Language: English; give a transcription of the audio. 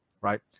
right